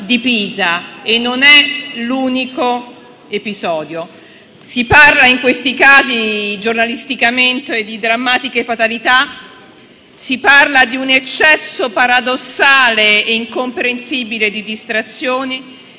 di Pisa, e non è l'unico episodio. Si parla in questi casi giornalisticamente di drammatiche fatalità; si parla di un eccesso paradossale e incomprensibile di distrazione